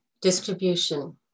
Distribution